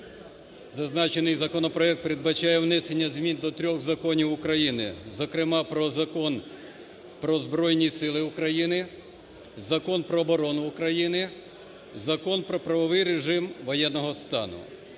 зазначений законопроект передбачає внесення змін до трьох законів України, зокрема, Закон "Про Збройні Сили України", Закон "Про оборону України", Закон "Про правовий режим воєнного стану".